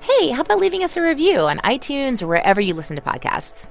hey, how about leaving us a review on itunes or wherever you listen to podcasts?